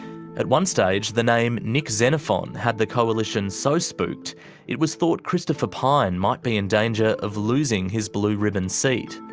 at one stage the name nick xenophon had the coalition so spooked it was thought christopher pyne might be in danger of losing his blue-ribbon seat.